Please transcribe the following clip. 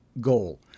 goal